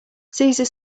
caesar